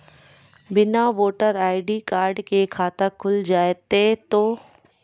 बिना voter ID card के खाता खुल जैते तो?